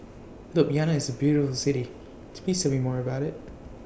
Ljubljana IS A very beautiful City Please Tell Me More about IT